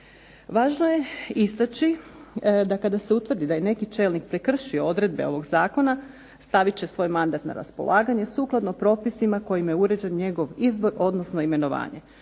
Važno je istaći da kada se utvrdi da je neki čelnik prekršio odredbe ovog zakona stavit će svoj mandat na raspolaganje sukladno propisima kojima je uređen njegov izbor odnosno imenovanje.